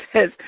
says